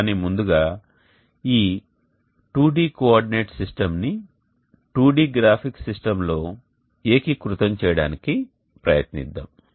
కానీ ముందుగా ఈ 2D కోఆర్డినేట్ సిస్టమ్ని 2D గ్రాఫిక్ సిస్టమ్లో ఏకీకృతం చేయడానికి ప్రయత్నిద్దాం